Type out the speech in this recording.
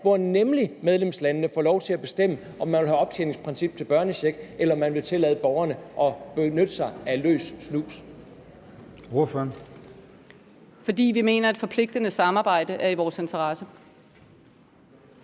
hvor medlemslandene får lov til at bestemme, om de vil have optjeningsprincip til børnecheck, eller om de vil tillade borgerne at benytte sig af løs snus? Kl. 11:10 Formanden: Ordføreren.